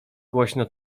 głośno